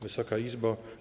Wysoka Izbo!